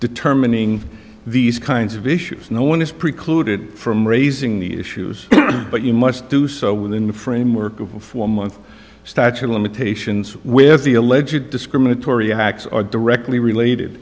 determining these kinds of issues no one is precluded from raising the issues but you must do so within the framework of a four month statue of limitations with the a legit discriminatory acts are directly related